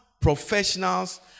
professionals